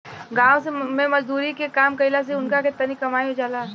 गाँव मे मजदुरी के काम कईला से उनका के तनी कमाई हो जाला